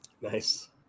Nice